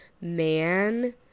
man